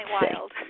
wild